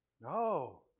No